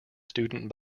student